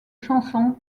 chansons